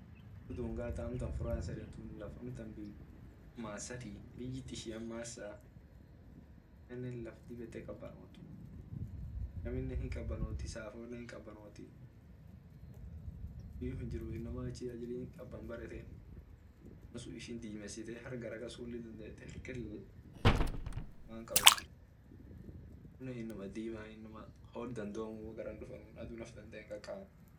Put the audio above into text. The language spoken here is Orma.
Wor dunga ta amtan france yedetun laf amtan masatii amine hinka amine hinkabanotii safonne hinkabanotii amine achi ajili kaban bareten hindimeitee harkine hindimisitee amine inama dimaa inama hod dandiyimuu amiine adhu naf dandee hinqaqametuu.